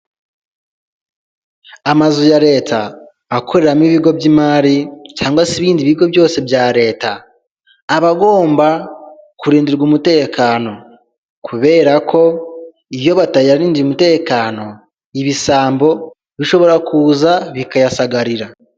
Amazu ya leta akoreramo ibigo by'imari cyangwa se ibindi bigo byose bya leta, abagomba kurindirwa umutekano. Kubera ko iyo batayarindiye umutekano, ibisambo bishobora kuza bikayasagarira.